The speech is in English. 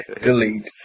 Delete